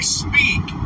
speak